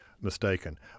mistaken